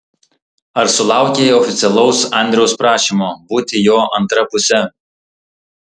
ar sulaukei oficialaus andriaus prašymo būti jo antra puse